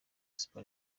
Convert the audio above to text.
super